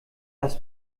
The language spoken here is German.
das